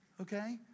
Okay